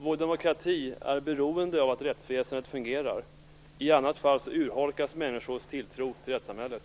Vår demokrati är beroende av att rättsväsendet fungerar. I annat fall urholkas människors tilltro till rättssamhället.